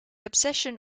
obsession